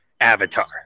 Avatar